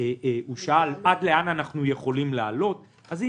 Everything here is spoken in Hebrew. עד לאן אנחנו יכולים לעלות אז,